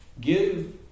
Give